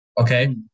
Okay